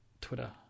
Twitter